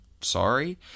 sorry